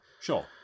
sure